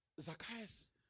Zacchaeus